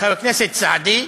חבר הכנסת סעדי,